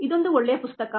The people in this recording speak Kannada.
ಇದೊಂದು ಒಳ್ಳೆಯ ಪುಸ್ತಕ